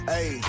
Hey